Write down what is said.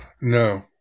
No